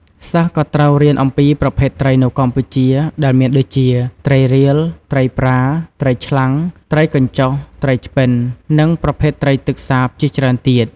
សិស្សក៏ត្រូវរៀនអំពីប្រភេទត្រីនៅកម្ពុជា ដែលមានដូចជា ត្រីរៀល ត្រីប្រា ត្រីឆ្លាំង ត្រីកញ្ជុះ ត្រីឆ្ពិន និងប្រភេទត្រីទឹកសាបជាច្រើនទៀត។